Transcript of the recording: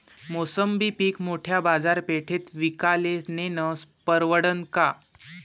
मोसंबी पीक मोठ्या बाजारपेठेत विकाले नेनं परवडन का?